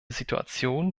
situation